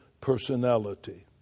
personality